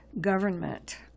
government